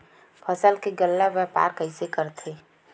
फसल के गल्ला व्यापार कइसे करथे?